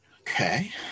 okay